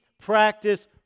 practice